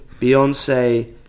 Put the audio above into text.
Beyonce